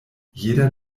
jeder